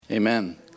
Amen